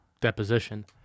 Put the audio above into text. deposition